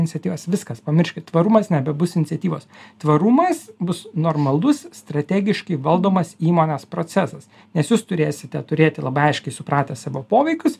iniciatyvas viskas pamirškit tvarumas nebebus iniciatyvos tvarumas bus normalus strategiškai valdomas įmonės procesas nes jūs turėsite turėti labai aiškiai supratę savo poveikius